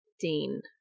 Dean